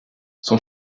son